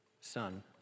son